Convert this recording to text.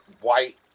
white